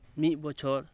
ᱢᱤᱫ ᱵᱚᱪᱷᱚᱨ